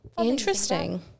Interesting